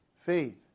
faith